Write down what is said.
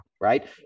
right